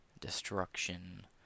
destruction